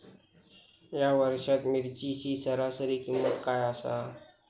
या वर्षात मिरचीची सरासरी किंमत काय आसा?